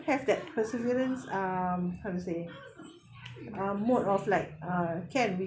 have that perseverance um how to say um more of like uh can